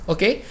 Okay